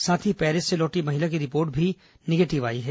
साथ ही पैरिस से लौटी महिला की रिपोर्ट भी निगेटिव आई है